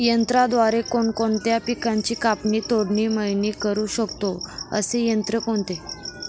यंत्राद्वारे कोणकोणत्या पिकांची कापणी, तोडणी, मळणी करु शकतो, असे यंत्र कोणते?